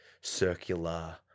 circular